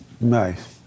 Nice